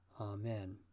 Amen